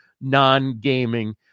non-gaming